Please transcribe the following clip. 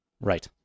Right